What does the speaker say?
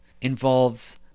involves